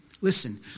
Listen